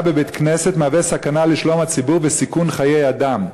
בבית-כנסת מהווה סכנה לשלום הציבור וסיכון חיי אדם,